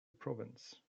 province